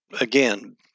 again